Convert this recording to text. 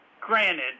granted